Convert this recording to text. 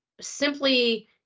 Simply